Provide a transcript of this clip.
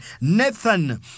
Nathan